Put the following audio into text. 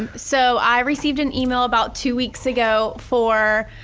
so i received an email about two weeks ago for